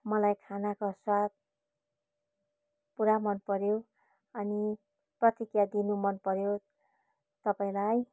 मलाई खानाको स्वाद पुरा मनपऱ्यो अनि प्रतिक्रिया दिनु मनपऱ्यो तपाईँलाई